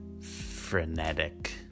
frenetic